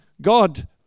God